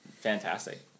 Fantastic